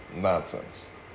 nonsense